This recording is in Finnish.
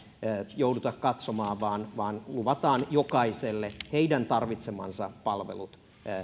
jouduta katsomaan vaan vaan luvataan jokaiselle heidän tarvitsemansa palvelut